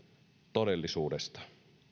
todellisuudesta